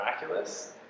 miraculous